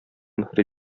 мөһер